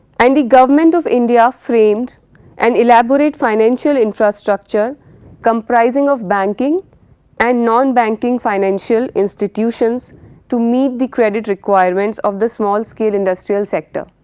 and the government of india framed an elaborate financial infrastructure comprising of banking and non-banking financial institutions to meet the credit requirements of the small scale industrial sector,